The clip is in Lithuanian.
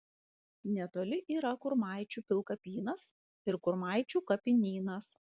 netoli yra kurmaičių pilkapynas ir kurmaičių kapinynas